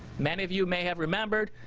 many of you may have remembered,